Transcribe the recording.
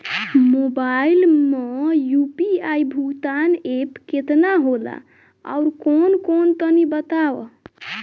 Mobile म UPI भुगतान app केतना होला आउरकौन कौन तनि बतावा?